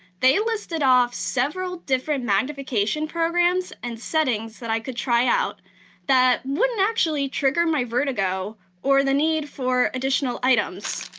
they listed off several different magnification magnification programs and settings that i could try out that wouldn't actually trigger my vertigo or the need for additional items,